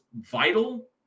vital